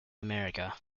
america